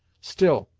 still,